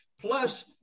plus